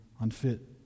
unfit